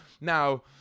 now